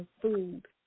food